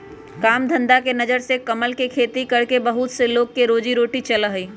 काम धंधा के नजर से कमल के खेती करके बहुत से लोग के रोजी रोटी चला हई